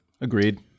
Agreed